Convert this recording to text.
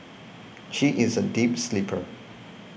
she is a deep sleeper